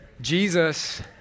Jesus